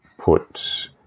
put